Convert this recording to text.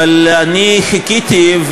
אבל אני חיכיתי,